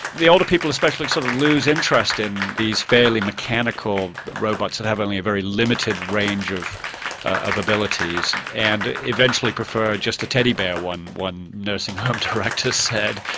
the older people especially sort of lose interest in these fairly mechanical robots that have only a very limited range of of abilities, and eventually prefer just a teddy bear one one nursing home director said.